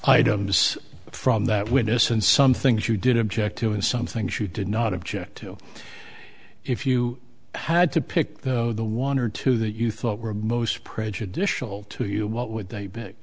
items from that witness and some things you did object to and some things you did not object to if you had to pick though the one or two that you thought were the most prejudicial to you what would they b